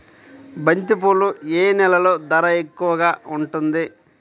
బంతిపూలు ఏ నెలలో ధర ఎక్కువగా ఉంటుంది?